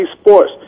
sports